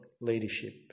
leadership